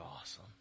awesome